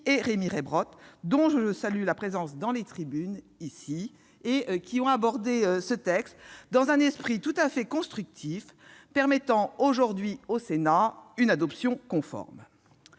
et Rémy Rebeyrotte, dont je salue la présence dans les tribunes, et qui ont abordé ce texte dans un esprit tout à fait constructif, permettant aujourd'hui au Sénat une adoption conforme.